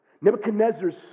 Nebuchadnezzar's